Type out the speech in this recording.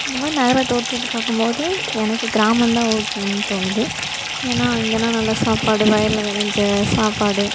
இந்த மாதிரி நகரத்தை ஒப்பிட்டு பார்க்கும்போது எனக்கு கிராமந்தான் ஓகேனு தோணுது ஏன்னா இங்கெல்லாம் நல்ல சாப்பாடு வயலில் விளஞ்ச சாப்பாடு